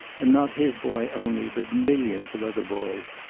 and not his boy only, but millions of other boys.